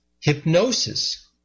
Hypnosis